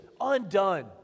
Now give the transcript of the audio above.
undone